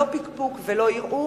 לא פקפוק ולא ערעור,